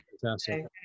fantastic